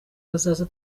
bazaza